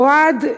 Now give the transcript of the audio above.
אוהד,